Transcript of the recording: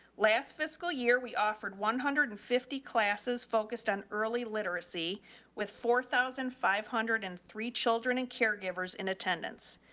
last fiscal year we offered one hundred and fifty classes focused on early literacy with four thousand five hundred and three children and caregivers in attendance.